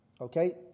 Okay